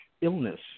illness